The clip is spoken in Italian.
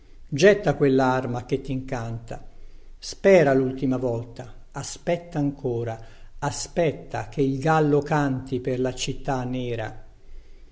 sposa getta quellarma che tincanta spera lultima volta aspetta ancora aspetta che il gallo canti per la città nera